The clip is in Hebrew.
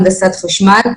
הנדסת חשמל,